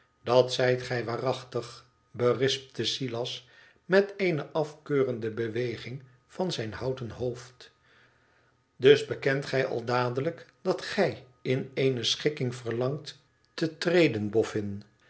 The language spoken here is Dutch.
dat zijt gij waarachtig berispte silas met eene afkeurende beweging van zijn houten hoofd dus bekent gij al dadelijk dat gij in eene schikking verlangt te treden